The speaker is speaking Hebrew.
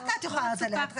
רק את יכולה לענות עליה.